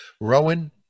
Rowan